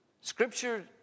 Scripture